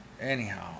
Anyhow